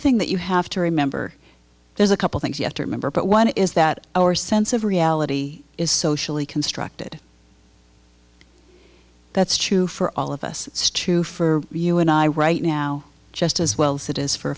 thing that you have to remember there's a couple things you have to remember but one is that our sense of reality is socially constructed that's true for all of us stu for you and i right now just as well as it is for